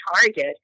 target